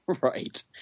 Right